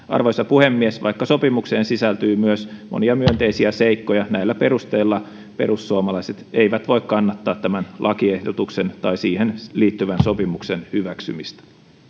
arvoisa puhemies vaikka sopimukseen sisältyy myös monia myönteisiä seikkoja näillä perusteilla perussuomalaiset eivät voi kannattaa tämän lakiehdotuksen tai siihen liittyvän sopimuksen hyväksymistä